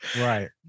Right